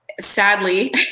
sadly